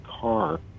car